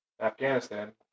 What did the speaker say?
Afghanistan